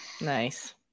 Nice